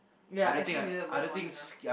ya actually needed was one enough